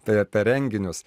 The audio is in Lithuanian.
tai apie renginius